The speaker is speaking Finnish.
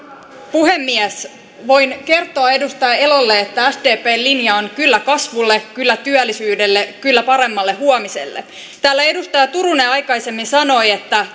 puhemies voin kertoa edustaja elolle että sdpn linja on kyllä kasvulle kyllä työllisyydelle kyllä paremmalle huomiselle täällä edustaja turunen aikaisemmin sanoi että